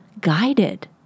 guided